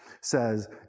Says